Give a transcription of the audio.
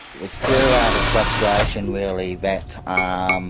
was due out of frustration really that. i